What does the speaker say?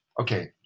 Okay